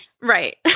Right